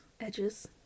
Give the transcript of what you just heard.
edges